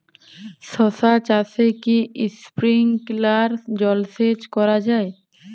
শশা চাষে কি স্প্রিঙ্কলার জলসেচ করা যায়?